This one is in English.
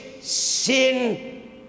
sin